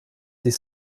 des